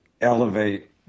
elevate